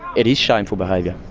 it is shameful behaviour.